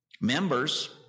Members